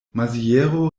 maziero